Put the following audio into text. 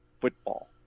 football